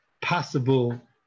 possible